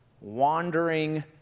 wandering